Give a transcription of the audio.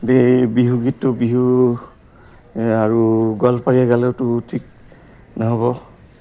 এই বিহু গীতটো বিহু আৰু গোৱালপাৰীয়া গালেওতো ঠিক নহ'ব